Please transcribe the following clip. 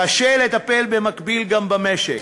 קשה לטפל במקביל גם במשק.